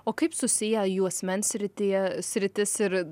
o kaip susiję juosmens srityje sritis ir